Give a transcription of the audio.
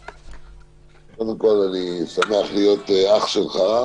קודם כול, אני שמח להיות אח שלך.